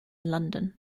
london